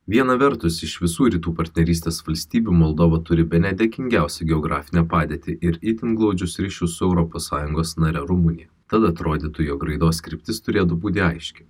viena vertus iš visų rytų partnerystės valstybių moldova turi bene dėkingiausią geografinę padėtį ir itin glaudžius ryšius su europos sąjungos nare rumunija tad atrodytų jog raidos kryptis turėtų būti aiški